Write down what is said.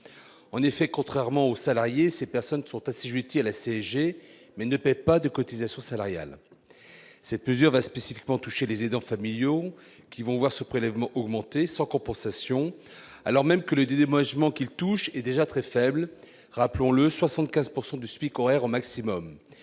en effet, contrairement aux salariés, ces personnes sont assiduité à la CGT, mais ne paient pas de cotisations salariales, c'est plusieurs et spécifiquement touchés les aidants familiaux qui vont voir ce prélèvement augmenter sans compensation, alors même que les moi je manque il touche est déjà très faible, rappelons-le, 75 pourcent du du SMIC horaire maximum